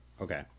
okay